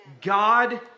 God